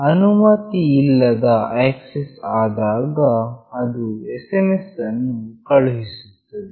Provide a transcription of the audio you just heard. ಅನುಮತಿಯಿಲ್ಲದ access ಆದಾಗ ಅದು SMS ಅನ್ನು ಕಳುಹಿಸುತ್ತದೆ